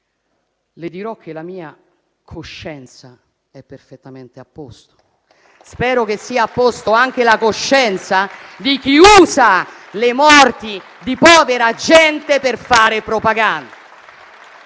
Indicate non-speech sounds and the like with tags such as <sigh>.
Le dirò che la mia coscienza è perfettamente a posto. <applause> Spero che sia a posto anche la coscienza di chi usa le morti di povera gente per fare propaganda.